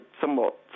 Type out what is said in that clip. somewhat